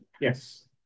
Yes